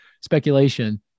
speculation